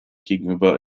gegenüber